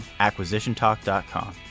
acquisitiontalk.com